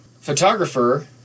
photographer